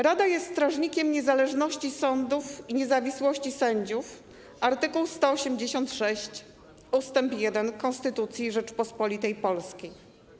Rada jest strażnikiem niezależności sądów i niezawisłości sędziów - art. 186 ust. 1 Konstytucji Rzeczypospolitej Polskiej.